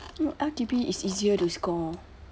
L_T_B is easier to score